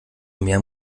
mehr